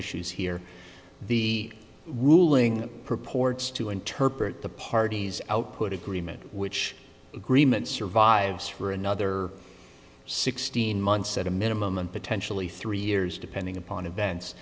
issues here the ruling purports to interpret the parties output agreement which agreement survives for another sixteen months at a minimum and potentially three years depending upon events